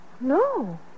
No